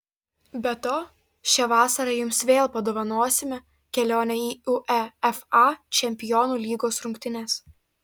be to šią vasarą jums vėl padovanosime kelionę į uefa čempionų lygos rungtynes